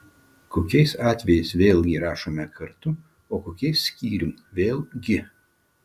kokiais atvejais vėlgi rašome kartu o kokiais skyrium vėl gi